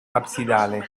absidale